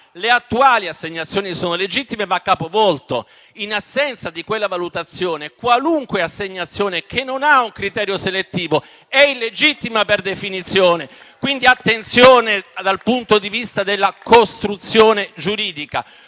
le attuali assegnazioni sono legittime, va capovolto: in assenza di quella valutazione, qualunque assegnazione che non abbia un criterio selettivo è illegittima per definizione. Quindi facciamo attenzione dal punto di vista della costruzione giuridica.